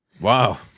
Wow